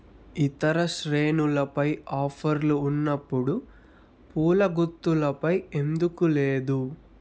ఇతర శ్రేణులపై ఆఫర్లు ఉన్నప్పుడు పూలగుత్తులపై ఎందుకు లేదు